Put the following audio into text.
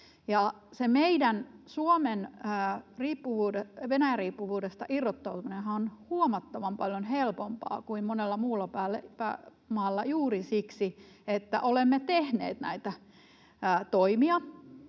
meidän, Suomen, Venäjä-riippuvuudesta irrottautuminen on huomattavan paljon helpompaa kuin monella muulla maalla juuri siksi, että olemme tehneet näitä toimia